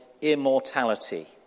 immortality